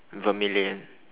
vermilion